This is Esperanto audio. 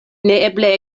neeble